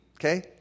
okay